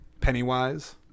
Pennywise